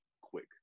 quick